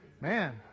Man